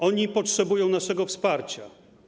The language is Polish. Oni potrzebują naszego wsparcia.